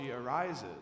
arises